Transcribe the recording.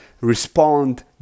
respond